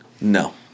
No